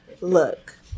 Look